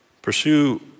Pursue